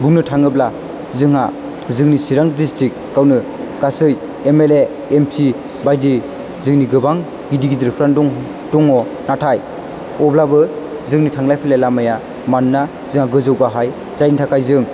बुंनो थाङोब्ला जोंहा जोंनि चिरां डिसट्रिकआवनो गासै एमएलए एमपि बायदि दिनै जोंनि गोबां गिदिरफ्रानो दं दङ नाथाय अब्लाबो जोंनि थांलाय फैलाय लामाया मानोना जोंहा गोजौ गाहाय जायनि थाखाय जों